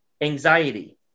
anxiety